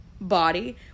body